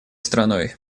страной